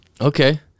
Okay